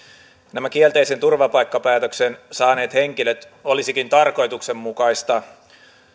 nämä kielteisen turvapaikkapäätöksen saaneet henkilöt olisikin tarkoituksenmukaista